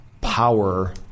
power